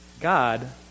God